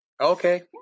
Okay